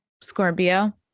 Scorpio